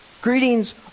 Greetings